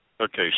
Okay